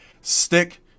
Stick